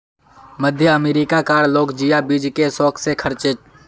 मध्य अमेरिका कार लोग जिया बीज के शौक से खार्चे